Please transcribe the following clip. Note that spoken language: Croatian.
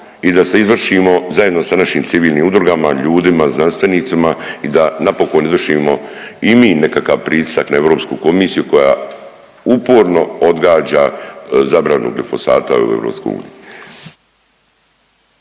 i da se izvršimo zajedno sa našim civilnim udrugama, ljudima, znanstvenicima i da napokon izvršimo i mi nekakav pritisak na EU komisiju koja uporno odgađa zabranu glifosata u EU.